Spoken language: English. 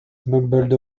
mumbled